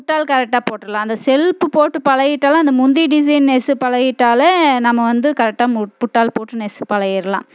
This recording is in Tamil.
புட்டால் கரெக்டாக போட்டுர்லாம் அந்த செல்ப்பு போட்டு பழகிட்டாளும் அந்த முந்தி டிசைன் நெஸ்சு பழகிட்டால் நம்ம வந்து கரெக்டாக புட்டால் போட்டு நெஸ்சு பழகிடலாம்